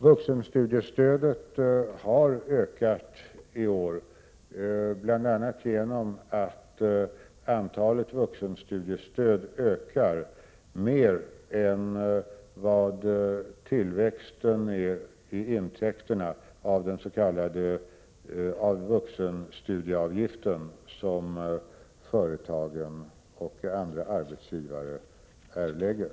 Vuxenstudiestödet har ökat i år bl.a. genom att antalet vuxenstudiestöd ökar mer än tillväxten av intäkterna av den vuxenstudieavgift som företagen och andra arbetsgivare erlägger.